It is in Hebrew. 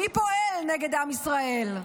מי פועל נגד עם ישראל?